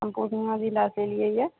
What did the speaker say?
हम पूर्णिया जिला से अयलियैया